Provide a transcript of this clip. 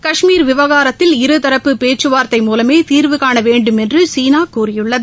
கஷ்மீர் விவகாரத்தில் இருதரப்பு பேச்சுவார்த்தை மூலமே தீர்வு காண வேண்டுமென்று சீனா கூறியுள்ளது